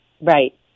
right